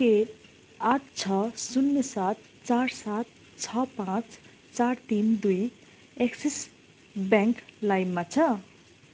के आठ छ शून्य सात चार सात छ पाँच चार तिन दुई एक्सिस ब्याङ्क लाइममा छ